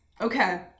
Okay